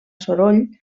soroll